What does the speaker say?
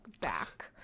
back